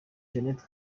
jeannette